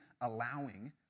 allowing